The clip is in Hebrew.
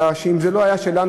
אלא שאם זה לא היה שלנו,